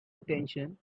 attention